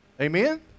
amen